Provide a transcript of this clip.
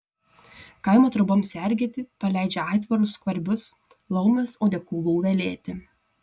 kaimo troboms sergėti paleidžia aitvarus skvarbius laumes audeklų velėti